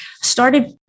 started